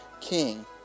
King